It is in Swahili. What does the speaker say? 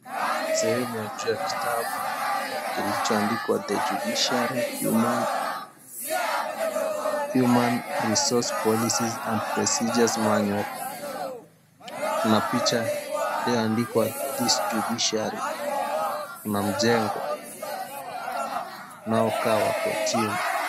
Sehemu ya juu ya kitabu kilichoandikwa, The Judiciary Human Resources Policies and Procedures Manual. Kuna picha iliyoandikwa, This Judiciary, na mjengo unaokaa wa kortini.